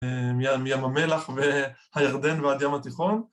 ‫מים המלח והירדן ועד ים התיכון.